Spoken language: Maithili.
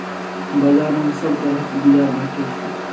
बजार मे सब तरहक बीया भेटै छै